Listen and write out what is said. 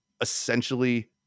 essentially